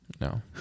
No